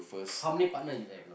how many partner you have now